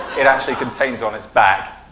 it actually contains on its back,